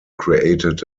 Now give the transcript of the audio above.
created